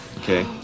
Okay